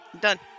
done